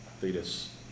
fetus